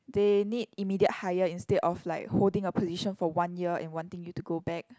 they need immediate hire instead of like holding a position for one year and wanting you to go back